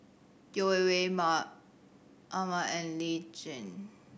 Yeo Wei Wei Ahmad and Lee Tjin